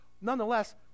nonetheless